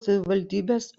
savivaldybės